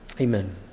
Amen